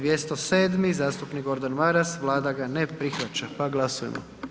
207. zastupnik Gordan Maras, Vlada ga ne prihvaća, pa glasujmo.